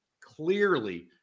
clearly